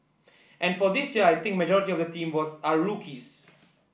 and for this year I think majority of the team was are rookies